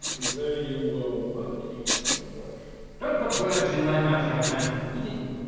you say you were working, your worship? don't put words in my mouth, young man! he didn't.